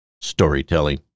Storytelling